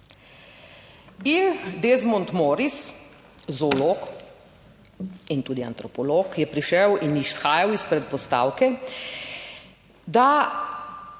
In Desmond Moris, zoolog in tudi antropolog, je prišel in izhajal iz predpostavke, da